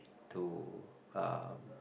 to uh